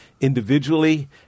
individually